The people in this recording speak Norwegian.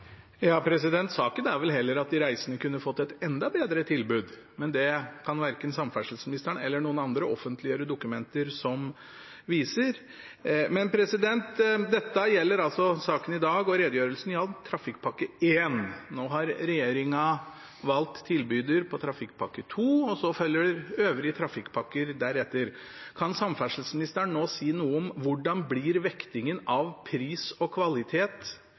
Saken er vel heller at de reisende kunne fått et enda bedre tilbud, men det kan verken samferdselsministeren eller noen andre offentliggjøre dokumenter som viser. Men dette gjelder altså saken i dag, og redegjørelsen gjaldt Trafikkpakke 1. Nå har regjeringen valgt tilbyder for Trafikkpakke 2, og så følger de øvrige trafikkpakkene etter. Kan samferdselsministeren nå si noe om hvordan vektingen av pris og kvalitet